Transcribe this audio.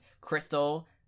Crystal